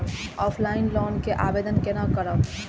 Offline loan के आवेदन केना करब?